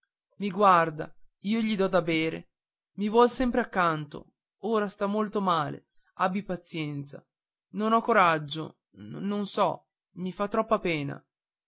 i guarda io gli do da bere mi vuol sempre accanto ora sta molto male abbi pazienza non ho coraggio non so mi fa troppo pena